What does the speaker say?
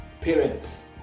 Parents